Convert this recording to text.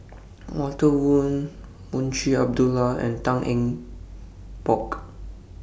Walter Woon Munshi Abdullah and Tan Eng Bock